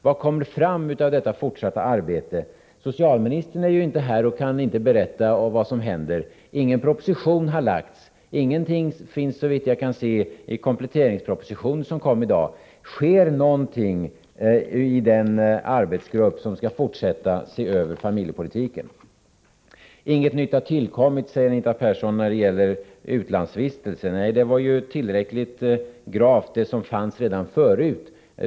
Vad kommer fram av det fortsatta arbetet? Socialministern är inte här och kan inte berätta vad som händer. Ingen proposition har lagts. Ingenting finns såvitt jag kan se i den kompletteringsproposition som kom i dag. Sker någonting i den arbetsgrupp som skall fortsätta med att se över familjepolitiken? Ingenting nytt har tillkommit när det gäller utlandsvistelse, förklarar Anita Persson. Nej, det var tillräckligt gravt det som fanns redan förut.